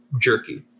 Jerky